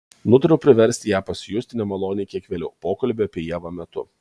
nutariau priversti ją pasijusti nemaloniai kiek vėliau pokalbio apie ievą metu